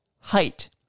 height